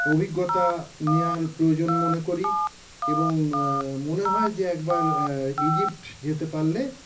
অভিজ্ঞতা নেওয়ার প্রয়োজন মনে করি এবং মনে হয় যে একবার ইজিপ্ট যেতে পারলে